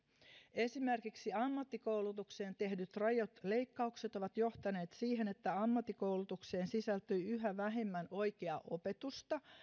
esimerkiksi ammattikoulutukseen tehdyt rajut leikkaukset ovat johtaneet siihen että ammattikoulutukseen sisältyy yhä vähemmän oikeaa opetusta